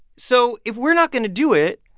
so if we're not going to do it,